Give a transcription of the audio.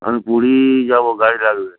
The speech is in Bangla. আমি পুরী যাব গাড়ি লাগবে